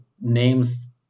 names